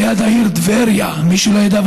ליד העיר טבריה, למי שלא יודע.